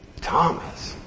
Thomas